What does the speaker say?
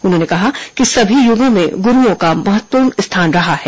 उन्होंने कहा कि सभी युगों में गुरूओं का सबसे महत्वपूर्ण स्थान रहा है